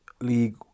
league